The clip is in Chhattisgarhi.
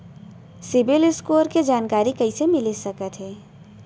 सिबील स्कोर के जानकारी कइसे मिलिस सकथे?